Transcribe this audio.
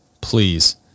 please